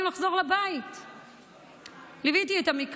לדאוג שבמקום שבו יש מציאות מעוותת ולא